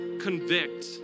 convict